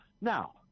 Now